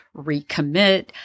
recommit